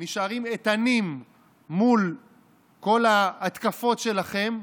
נשארים איתנים מול כל ההתקפות שלכם,